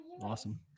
awesome